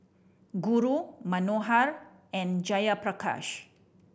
Guru Manohar and Jayaprakash